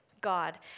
God